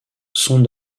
son